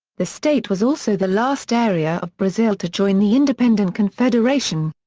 the state was also the last area of brazil to join the independent confederation.